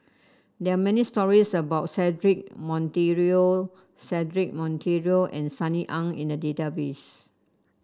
there are many stories about Cedric Monteiro Cedric Monteiro and Sunny Ang in the database